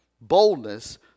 boldness